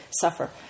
suffer